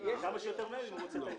כמה שיותר מהר אם הוא רוצה את ההיתר.